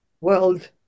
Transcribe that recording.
world